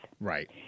Right